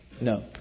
No